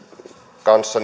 kanssa